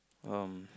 um